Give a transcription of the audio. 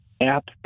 app